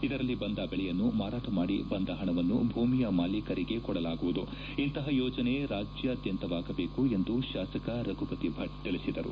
ಇದರಲ್ಲಿ ಬಂದ ಬೆಳೆಯನ್ನು ಮಾರಾಟ ಮಾಡಿ ಬಂದ ಹಣವನ್ನು ಭೂಮಿಯ ಮಾಲೀಕರಿಗೆ ಕೊಡಲಾಗುವುದು ಇಂತಹ ಯೋಜನೆ ರಾಜ್ಯಾದ್ಯಂತವಾಗಬೇಕು ಎಂದು ಶಾಸಕ ರಘುಪತಿ ಭಟ್ ತಿಳಿಸಿದ್ದಾರೆ